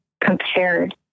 compared